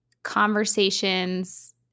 conversations